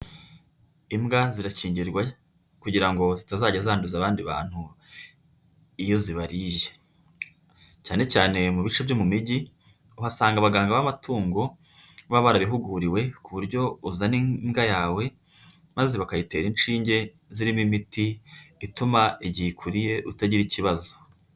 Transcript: Imbwa zirakingirwe kugira ngo zitazajya zanduza abandi bantu iyo zibariye, cyane cyane mu bice byo mu mijyi, uhasanga abaganga b'amatungo baba barabihuguriwe ku buryo uzana imbwa yawe maze bakayitera inshinge zirimo imiti ituma igihe ikuriye utagira ikibazo.